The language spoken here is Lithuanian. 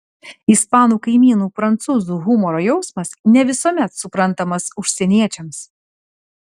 ispanų kaimynų prancūzų humoro jausmas ne visuomet suprantamas užsieniečiams